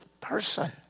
person